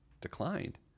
Declined